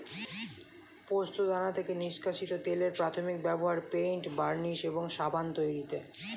পোস্তদানা থেকে নিষ্কাশিত তেলের প্রাথমিক ব্যবহার পেইন্ট, বার্নিশ এবং সাবান তৈরিতে